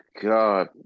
God